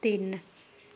ਤਿੰਨ